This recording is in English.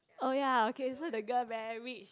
oh ya okay so the girl very rich